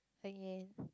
again